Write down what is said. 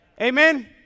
Amen